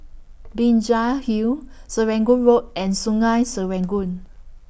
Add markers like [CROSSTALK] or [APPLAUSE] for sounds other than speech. Binjai Hill [NOISE] Serangoon Road and Sungei Serangoon